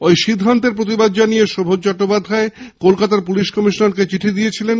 ওই সিদ্ধান্তের প্রতিবাদ জানিয়ে শোভন চট্টোপাধ্যায় কলকাতার পুলিশ কমিশনারকে চিঠি দিয়েছিলেন